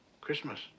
christmas